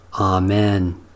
Amen